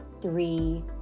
three